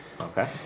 Okay